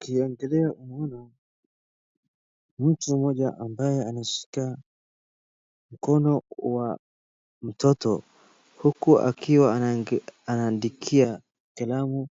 Ukiangalia unaona mtu mmoja ambaye anapaka mkono wa mtoto huku akiwa anaandikia kalamu